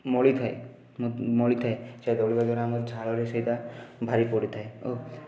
ମଳି ଥାଏ ମଳି ଥାଏ ସେ ମଳି ଗୁଡ଼ିକ ଆମ ଝାଳରେ ସେଇଟା ବାହାରି ପଡ଼ିଥାଏ